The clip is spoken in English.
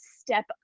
step